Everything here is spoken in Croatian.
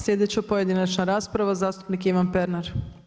Sljedeća pojedinačna rasprava zastupnik Ivan Pernar.